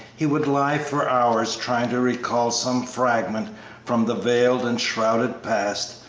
he would lie for hours trying to recall some fragment from the veiled and shrouded past,